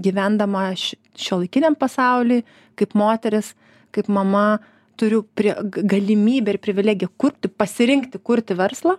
gyvendama aš šiuolaikiniam pasauliui kaip moteris kaip mama turiu prie galimybę ir privilegiją kurti pasirinkti kurti verslą